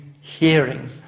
hearing